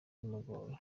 bimugoye